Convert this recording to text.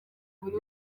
buri